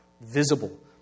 visible